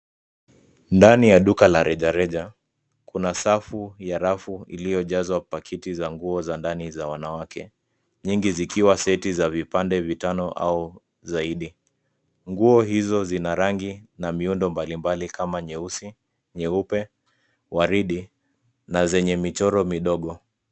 Ndani ya duka la rejareja kuna safu ya rafu iliyojazwa pakiti za nguo za ndani za wanawake, nyingi zikiwa seti za vipande vitano au zaidi. Nguo hizo zina rangi na miundo mbalimbali kama nyeusi, nyuepe, waridi na zenye michoro midogo.